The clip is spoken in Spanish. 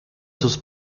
sus